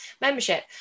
membership